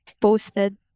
posted